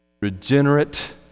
regenerate